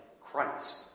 Christ